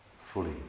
fully